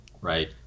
right